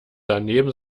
daneben